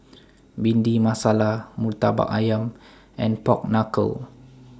Bhindi Masala Murtabak Ayam and Pork Knuckle